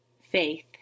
Faith